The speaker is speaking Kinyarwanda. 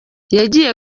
yagiye